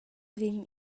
vegn